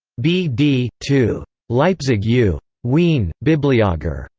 bd. two. leipzig u. wien bibliogr.